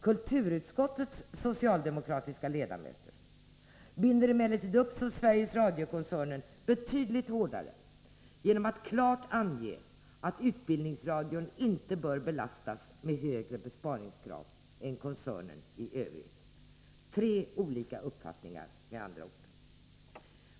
Kulturutskottets socialdemokratiska ledamöter binder emellertid upp Sveriges Radio-koncernen betydligt hårdare genom att klart ange att utbildningsradion inte bör belastas med högre besparingskrav än koncernen i övrigt. Här finns med andra ord tre olika uppfattningar.